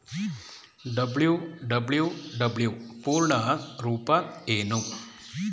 WWW ಪೂರ್ಣ ರೂಪ ಏನು?